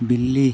बिल्ली